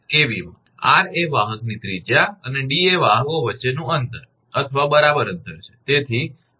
s voltage line to neutral 𝑘𝑉 માં 𝑟 એ વાહકની ત્રિજ્યા અને 𝐷 એ વાહકો વચ્ચેનું અંતર અથવા બરાબર અંતર છે